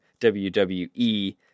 WWE